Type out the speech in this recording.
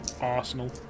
Arsenal